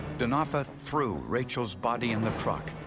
denofa threw rachel's body in the truck,